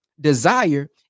desire